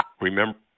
remember